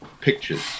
pictures